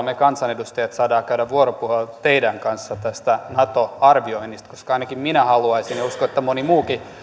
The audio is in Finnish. me kansanedustajat saamme käydä vuoropuhelua teidän kanssanne tästä nato arvioinnista koska ainakin minä haluaisin ja uskon että moni muukin